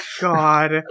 God